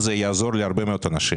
יעזור להרבה מאוד אנשים.